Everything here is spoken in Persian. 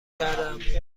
کردم